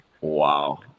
Wow